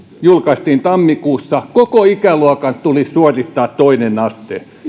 julkaistiin tammikuussa koko ikäluokan tulisi suorittaa toinen aste